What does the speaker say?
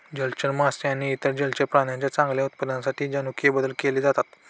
जलचर मासे आणि इतर जलचर प्राण्यांच्या चांगल्या उत्पादनासाठी जनुकीय बदल केले जातात